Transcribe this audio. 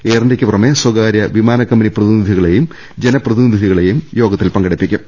air ഇന്ത്യക്ക് പുറമെ സ്വകാര്യ വിമാനക്കമ്പനി പ്രതിനിധികളെയും ജനപ്രതിനിധികളെയും യോഗ ത്തിൽ പങ്കെടുപ്പിക്കും